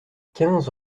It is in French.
quinze